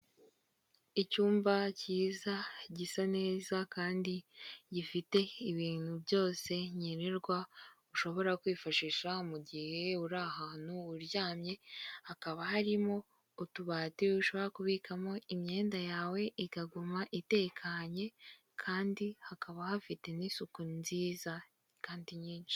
Icyumba cyiza gisa neza kandi gifite ibintu byose nkenerwa ushobora kwifashisha mu gihe uri ahantu uryamye, hakaba harimo utubati ushobora kubikamo imyenda yawe ikaguma itekanye kandi hakaba hafite n'isuku nziza kandi nyinshi.